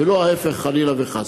ולא ההפך חלילה וחס.